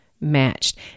matched